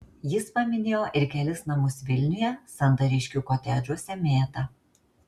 jis paminėjo ir kelis namus vilniuje santariškių kotedžuose mėta